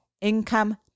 income